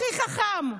הכי חכם,